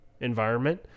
environment